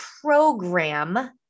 program